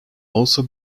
also